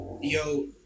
yo